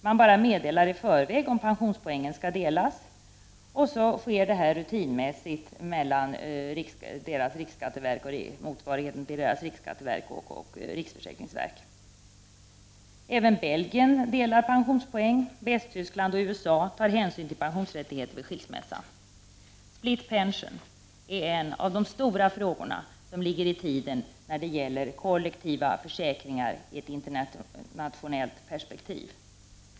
Man bara meddelar i förväg om pensionspoängen skall delas, och sedan sker det hela rutinmässigt mellan motsvarigheten till Canadas riksskatteverk och riksförsäkringsverk. Även i Belgien kan man dela på pensionspoängen. I Västtyskland och USA tar man hänsyn till pensionsrättigheter vid skilsmässan. Split pension är en av de stora frågorna som ligger i tiden när det gäller kollektiva försäkringar i ett internationellt perspektiv.